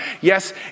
Yes